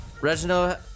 reginald